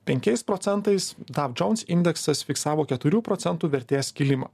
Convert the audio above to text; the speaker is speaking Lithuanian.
penkiais procentais dow jones indeksas fiksavo keturių procentų vertės kilimą